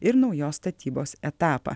ir naujos statybos etapą